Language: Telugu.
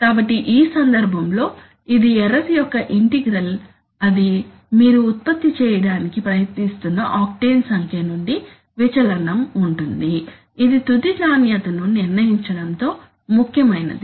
కాబట్టి ఈ సందర్భంలో ఇది ఎర్రర్ యొక్క ఇంటిగ్రల్ అది మీరు ఉత్పత్తి చేయడానికి ప్రయత్నిస్తున్న ఆక్టేన్ సంఖ్య నుండి విచలనం ఉంటుంది ఇది తుది నాణ్యతను నిర్ణయించడంలో ముఖ్యమైనది